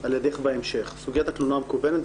על ידך בהמשך, סוגיית התלונה המקוונת.